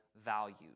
values